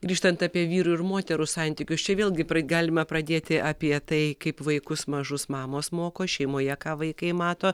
grįžtant apie vyrų ir moterų santykius čia vėlgi galime pradėti apie tai kaip vaikus mažus mamos moko šeimoje ką vaikai mato